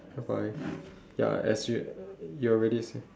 bye bye ya as we you already